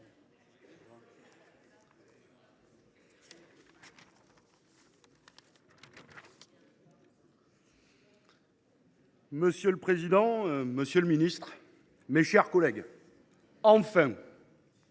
Monsieur le président, monsieur le ministre, mes chers collègues, enfin !